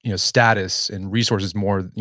you know status and resources more,